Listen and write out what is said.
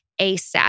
ASAP